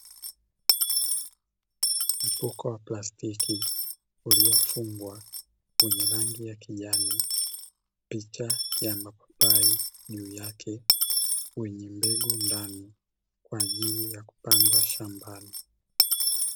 Mfuko wa plastiki uliofungwa wenye rangi ya kijani, picha ya mapapai juu yake wenye mbegu ndani kwa ajili ya kupandwa shambani.